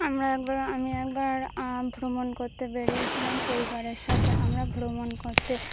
আমরা একবার আমি একবার ভ্রমণ করতে বেরিয়েছিলাম পরিবারের সাথে আমরা ভ্রমণ করতে